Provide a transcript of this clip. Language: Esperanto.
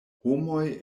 homoj